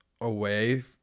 away